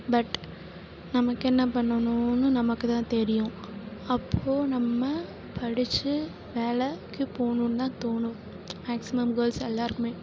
but நமக்கு என்ன பண்ணணுன்னு நமக்கு தான் தெரியும் அப்போது நம்ம படித்து வேலைக்கு போகணுன்னு தான் தோணும் மேக்ஸிமம் கேர்ள்ஸ் எல்லோருக்குமே